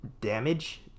damage